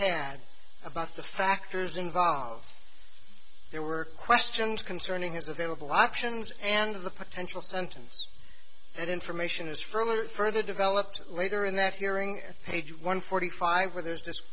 had about the factors involved there were questions concerning his available options and of the potential cantons that information is from a further developed later in that hearing at page one forty five where there's this